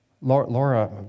Laura